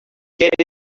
get